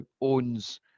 owns